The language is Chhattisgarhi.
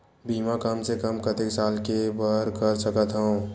बीमा कम से कम कतेक साल के बर कर सकत हव?